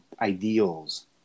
ideals